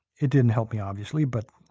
it didn't help me obviously, but